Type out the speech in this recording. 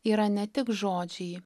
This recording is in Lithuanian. yra ne tik žodžiai